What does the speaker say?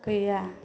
गैया